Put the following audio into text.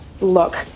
Look